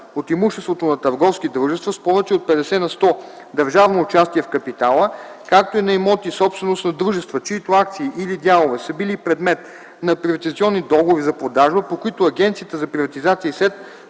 от имуществото на търговски дружества с повече от 50 на сто държавно участие в капитала, както и на имоти - собственост на дружества, чиито акции или дялове са били предмет на приватизационни договори за продажба, по които Агенцията за приватизация и